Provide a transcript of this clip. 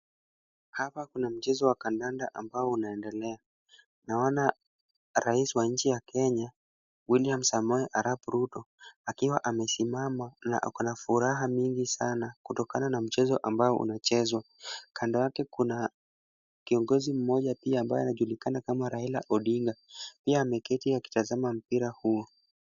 Hapa kuna mchezo wa kandanda ambao unaendelea. Naona rais wa nchi ya Kenya William Samuel Arap Ruto akiwa amesimama na hako na furaha mingi sana kutokana na mchezo ambao unachezwa. Kando yake kuna kiongozi mmoja pia ambaye anajulikana kama Raia Odinga. Pia ameketi akitazama mpira huo.